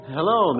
Hello